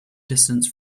distance